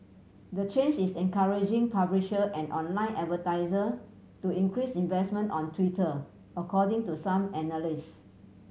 the change is encouraging publisher and online advertiser to increase investment on Twitter according to some analyst